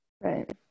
Right